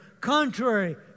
contrary